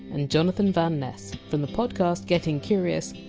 and jonathan van ness from the podcast getting curious,